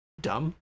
dumb